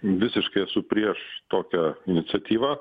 visiškai esu prieš tokią iniciatyvą